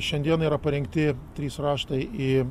šiandien yra parengti trys raštai į